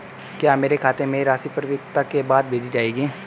क्या मेरे खाते में राशि परिपक्वता के बाद भेजी जाएगी?